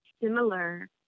similar